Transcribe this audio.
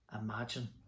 imagine